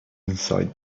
inside